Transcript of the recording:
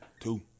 Two